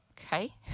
Okay